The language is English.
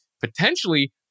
potentially